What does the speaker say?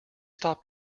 stop